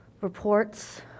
reports